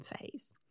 phase